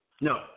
No